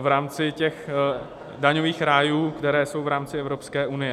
v rámci těch daňových rájů, které jsou v rámci Evropské unie.